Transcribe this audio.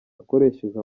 akoresheje